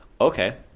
Okay